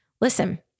listen